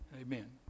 Amen